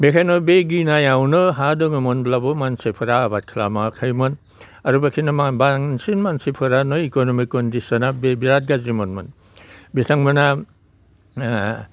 बेनिखायनो बे गिनायावनो हा दङमोनब्लाबो मानसिफोरा आबाद खालामाखैमोन आरो बेनिखायनो बांसिन मानसिफोरानो इक'न'मिक कण्डिसना बिरात गाज्रिमोन बिथांमोना